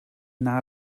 wna